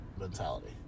mentality